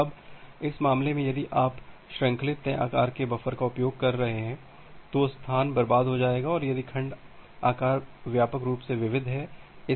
अब इस मामले में यदि आप श्रृंखलित तय आकार के बफर का उपयोग कर रहे हैं तो स्थान बर्बाद हो जाएगा यदि खंड आकार व्यापक रूप से विविध हैं